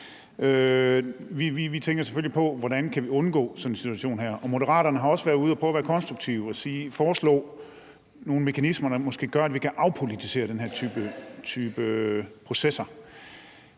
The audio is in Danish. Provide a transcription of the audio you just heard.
Vi tænker selvfølgelig på, hvordan vi kan undgå sådan en situation her. Og Moderaterne har også været ude og prøve at være konstruktive og foreslå nogle mekanismer, der måske gør, at vi kan afpolitisere den her type processer.